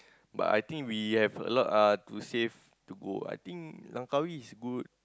but I think we have a lot uh to save to go I think Langkawi is good